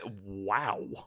wow